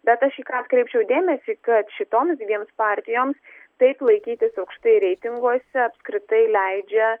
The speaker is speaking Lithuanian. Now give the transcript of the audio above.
bet aš į ką atkreipčiau dėmesį kad šitoms dviems partijoms taip laikytis aukštai reitinguose apskritai leidžia